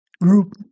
group